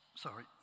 sorry